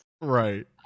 right